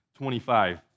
25